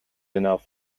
enough